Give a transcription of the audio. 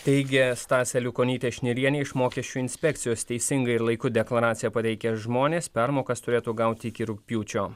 teigė stasė aliukonytė šnirienė iš mokesčių inspekcijos teisingai ir laiku deklaraciją pateikę žmonės permokas turėtų gauti iki rugpjūčio